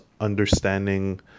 understanding